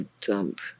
dump